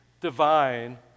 divine